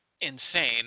insane